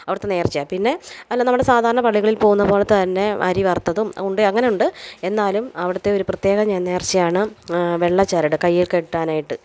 അവിടുത്തെ നേർച്ചയാണ് പിന്നെ അല്ല നമ്മുടെ സാധാരണ പള്ളികളിൽ പോകുന്നത് പോലെ തന്നെ അരി വറുത്തതും ഉണ്ടയും അങ്ങനെ ഉണ്ട് എന്നാലും അവിടുത്തെ ഒരു പ്രത്യേകത നേർച്ചയാണ് വെള്ള ചരട് കയ്യിൽ കെട്ടാനായിട്ട്